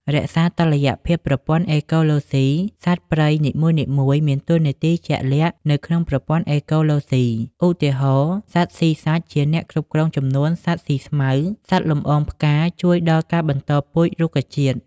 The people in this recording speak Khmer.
រក្សាតុល្យភាពប្រព័ន្ធអេកូឡូស៊ី សត្វព្រៃនីមួយៗមានតួនាទីជាក់លាក់នៅក្នុងប្រព័ន្ធអេកូឡូស៊ី (ឧទាហរណ៍ សត្វស៊ីសាច់ជាអ្នកគ្រប់គ្រងចំនួនសត្វស៊ីស្មៅ សត្វលំអងផ្កាជួយដល់ការបន្តពូជរុក្ខជាតិ)។